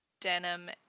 denim